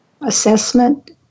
assessment